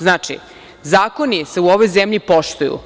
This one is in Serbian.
Znači, zakoni se u ovoj zemlji poštuju.